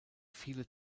viele